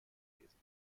gewesen